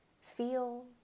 feel